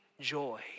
joy